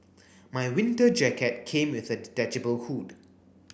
my winter jacket came with a detachable hood